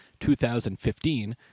2015